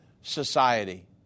society